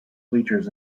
bleachers